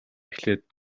эхлээд